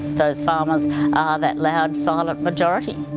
those farmers are that loud silent majority.